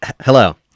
Hello